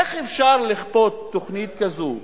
איך אפשר לכפות תוכנית כזו,